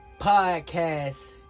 Podcast